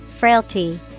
Frailty